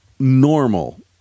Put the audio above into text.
Normal